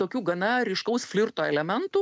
tokių gana ryškaus flirto elementų